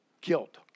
Guilt